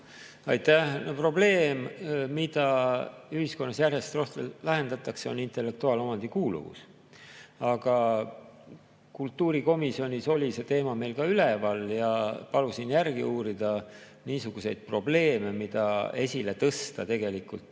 Aitäh! Probleem, mida ühiskonnas järjest rohkem lahendatakse, on intellektuaalomandi kuuluvus. Aga kultuurikomisjonis oli see teema meil ka üleval ja palusin järele uurida. Niisuguseid probleeme, mida esile tõsta, tegelikult